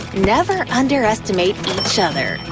never underestimate each other.